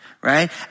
right